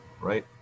right